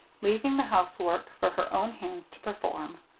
leaving the housework for her own hands to perform.